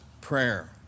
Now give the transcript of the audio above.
prayer